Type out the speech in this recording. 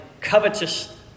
covetous